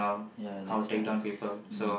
ya that's nice mm